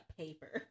paper